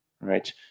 right